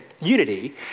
unity